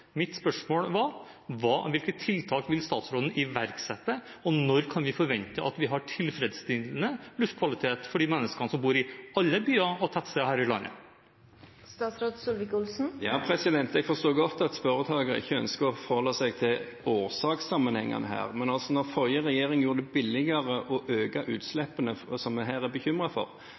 Mitt spørsmål var: Hvilke tiltak vil statsråden iverksette, og når kan vi forvente at vi har tilfredsstillende luftkvalitet for menneskene som bor i alle byer og tettsteder her i landet? Jeg forstår godt at spørreren ikke ønsker å forholde seg til årsakssammenhengene her, men når forrige regjering gjorde det billigere å øke utslippene som vi her er bekymret for,